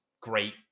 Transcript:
great